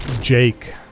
Jake